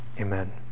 Amen